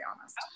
honest